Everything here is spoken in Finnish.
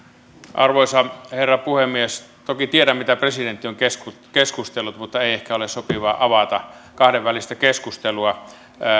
arvoisa herra puhemies toki tiedän mitä presidentti on keskustellut keskustellut mutta ei ehkä ole sopivaa avata kahdenvälistä keskustelua